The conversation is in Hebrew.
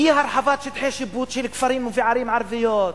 אי-הרחבת שטחי השיפוט של כפרים וערים ערביים,